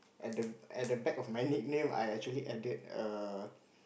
at the at the back of my nickname I actually added err